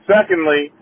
Secondly